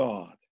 God